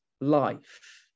life